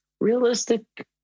realistic